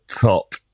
top